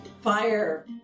Fire